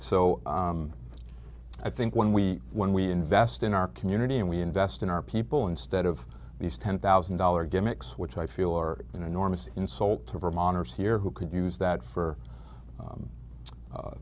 so i think when we when we invest in our community and we invest in our people instead of these ten thousand dollar gimmicks which i feel are an enormous insult to vermonters here who could use that for